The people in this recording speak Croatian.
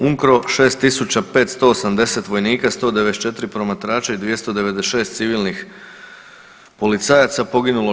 UNKRO 6.580 vojnika, 194 promatrača i 296 civilnih policajaca, poginulo 16.